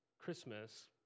Christmas